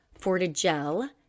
Fortigel